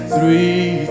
Three